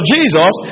Jesus